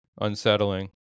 unsettling